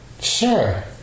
Sure